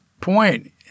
point